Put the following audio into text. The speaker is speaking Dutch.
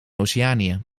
oceanië